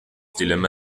dilemma